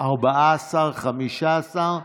בבתי ספר, התשפ"ב 2021,